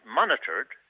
monitored